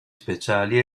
speciali